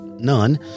none